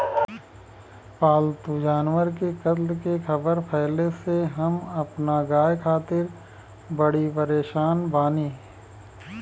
पाल्तु जानवर के कत्ल के ख़बर फैले से हम अपना गाय खातिर बड़ी परेशान बानी